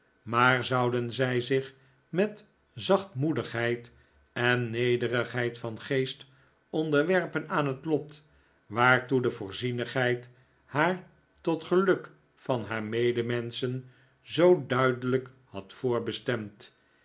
maar zouden zij zich met zachtmoedigheid en nederigheid van geest onderwerpen aan het lot waartoe de voorzienigheid haar tot geluk van haar medemenschen zoo duidelijk had